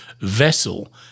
vessel